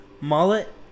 mullet